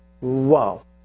Wow